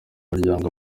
y’umuryango